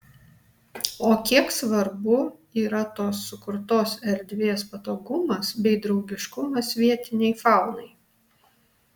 o kiek svarbu yra tos sukurtos erdvės patogumas bei draugiškumas vietinei faunai